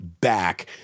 back